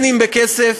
אם בכסף.